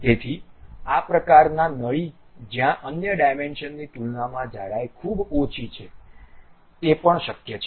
તેથી આ પ્રકારના નળી જ્યાં અન્ય ડાયમેન્શનની તુલનામાં જાડાઈ ખૂબ ઓછી હોય છે તે પણ શક્ય છે